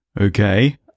Okay